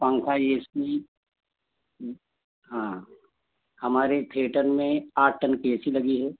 पंखा A C हाँ हमारे थिएटर में आठ टन की ए सी लगी है